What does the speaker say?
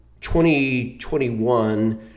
2021